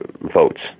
votes